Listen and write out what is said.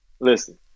Listen